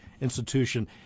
institution